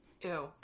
Ew